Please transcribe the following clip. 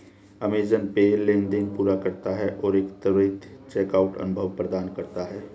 Amazon Pay लेनदेन पूरा करता है और एक त्वरित चेकआउट अनुभव प्रदान करता है